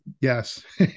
yes